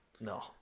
no